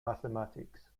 mathematics